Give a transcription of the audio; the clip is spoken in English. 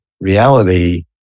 reality